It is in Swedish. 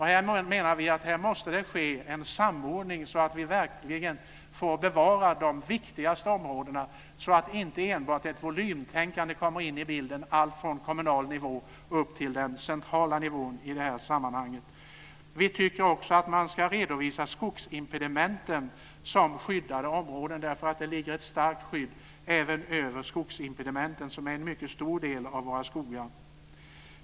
Här menar vi att det måste ske en samordning, så att vi verkligen får bevara de viktigaste områdena, så att inte enbart ett volymtänkande kommer in i bilden alltifrån kommunal nivå upp till den centrala nivån i det här sammanhanget. Vi tycker också att man ska redovisa skogsimpedimenten som skyddade områden, därför att det ligger ett starkt skydd även över skogsimpedimenten, som är en mycket stor del av våra skogar.